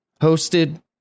Hosted